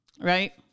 right